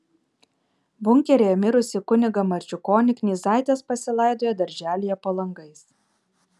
bunkeryje mirusį kunigą marčiukonį knyzaitės pasilaidojo darželyje po langais